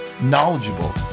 knowledgeable